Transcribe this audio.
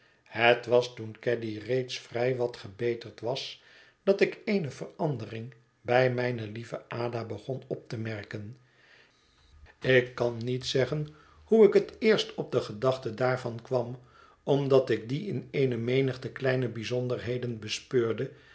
het was toen caddy reeds vrij wat gebeterd was dat ik eene verandering bij mijne lieve ada begon op te merken ik kan niet zeggen hoe ik het eerst op de gedachte daarvan kwam omdat ik die in eene menigte kleine bijzonderheden bespeurde